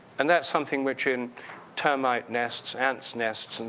and that's something which in termite nests, ants' nests, and